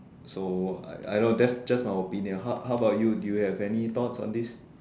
so I I know that's just my opinion how how bout you do you have any thoughts on this